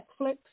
Netflix